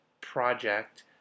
project